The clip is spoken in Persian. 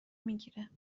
میگیره